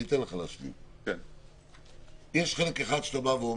יש חלק אחד שבו אתה בא ואומר,